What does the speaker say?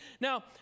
Now